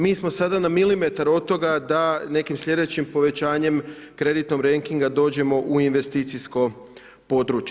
Mi smo sada na milimetar od toga, da nekim sljedećim povećanjem kreditnog rejtinga dođemo u investicijsko područje.